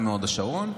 אני מהוד השרון,